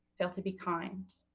fail to be kind.